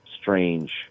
strange